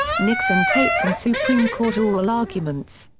nixon tapes and supreme court oral arguments.